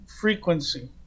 frequency